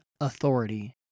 authority